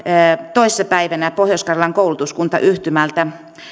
toissa päivänä pohjois karjalan koulutuskuntayhtymältä ja